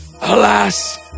alas